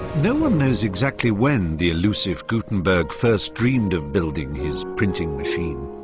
no-one knows exactly when the elusive gutenberg first dreamed of building his printing machine.